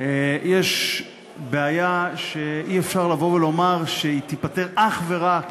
יש בעיה שאי-אפשר לבוא ולומר שהיא תיפתר אך ורק